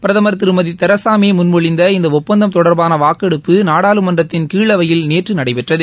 பிரதம் திருமதி Theresa May முன்மொழிந்த இந்த ஒப்பந்தம் தொடர்பான வாக்கெடுப்பு நாடாளுமன்றத்தின் கீழ் அவையில் நேற்று நடைபெற்றது